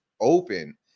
open